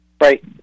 Right